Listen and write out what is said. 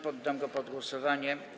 Poddam go pod głosowanie.